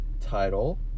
title